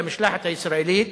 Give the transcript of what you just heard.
למשלחת הישראלית